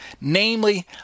Namely